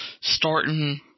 starting